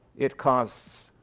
it costs